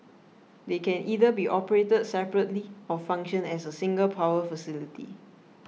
they can either be operated separately or function as a single power facility